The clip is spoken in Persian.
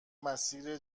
مسیر